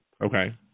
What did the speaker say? Okay